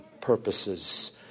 purposes